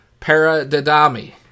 paradidami